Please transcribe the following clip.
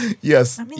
Yes